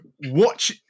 watch